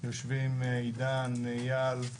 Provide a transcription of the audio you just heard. יושבים עידן, אייל,